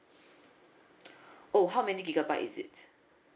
oh how many gigabyte is it